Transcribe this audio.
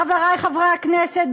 חברי חברי הכנסת,